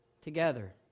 together